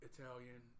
Italian